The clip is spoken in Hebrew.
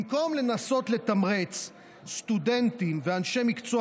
במקום לנסות לתמרץ סטודנטים ואנשי מקצוע